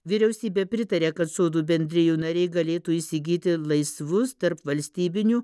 vyriausybė pritaria kad sodų bendrijų nariai galėtų įsigyti laisvus tarp valstybinių